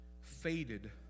faded